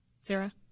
Sarah